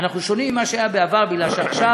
אנחנו שונים ממה שהיה בעבר, כי עכשיו